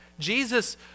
Jesus